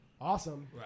awesome